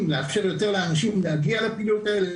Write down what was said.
לאפשר יותר לאנשים להגיע לפעילויות האלה,